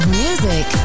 music